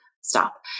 stop